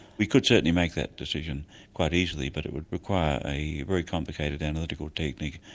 we could certainly make that decision quite easily but it would require a very complicated analytical technique,